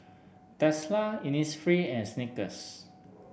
Tesla Innisfree and Snickers